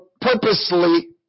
purposely